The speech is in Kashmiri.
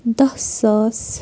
دَہ ساس